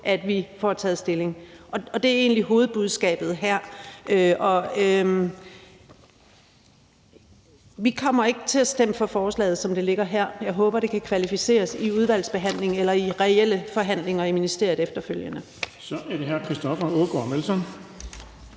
at vi får taget stilling. Det er egentlig hovedbudskabet her. Vi kommer ikke til at stemme for forslaget, som det ligger her. Jeg håber, det kan kvalificeres i udvalgsbehandlingen eller i reelle forhandlinger i ministeriet efterfølgende. Kl. 15:55 Den fg. formand (Erling